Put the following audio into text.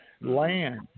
Land